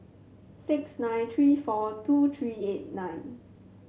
six nine three four two three eight nine